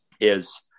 is-